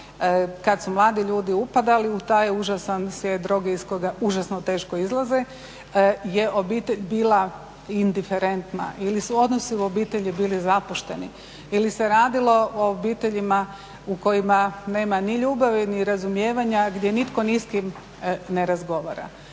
kad su mladi ljudi upadali u taj užasan svijet droge iz koga je užasno teško izlaze je obitelj bila indiferentna ili su odnosi u obitelji bili zapušteni ili se radilo o obiteljima u kojima nema ni ljubavi, ni razumijevanja gdje nitko s njim se razgovara.